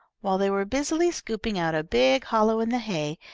while they were busily scooping out a big hollow in the hay,